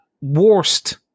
worst